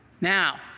now